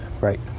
Right